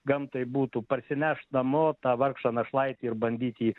gamtai būtų parsinešt namo tą vargšą našlaitį ir bandyt jį